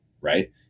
right